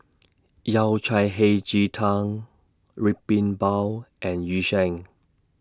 Yao Cai Hei Ji Tang Red Bean Bao and Yu Sheng